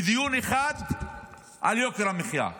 ודיון אחד על יוקר המחיה.